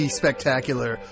spectacular